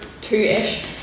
two-ish